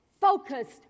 focused